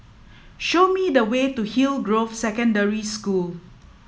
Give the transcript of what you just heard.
show me the way to Hillgrove Secondary School